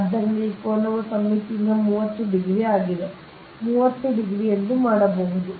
ಆದ್ದರಿಂದ ಈ ಕೋನವು ಸಮ್ಮಿತಿಯಿಂದ 30 ಡಿಗ್ರಿ ಆಗಿದೆ ನೀವು ಈ ಕೋನವನ್ನು 30 ಡಿಗ್ರಿ ಮಾಡಬಹುದು